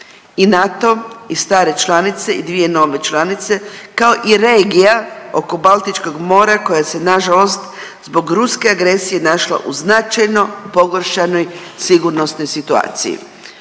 i NATO i stare članice i dvije nove članice, kao i regija oko Baltičkog mora koja se nažalost zbog ruske agresije našla u značajno pogoršanoj sigurnosnoj situaciji.